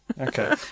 Okay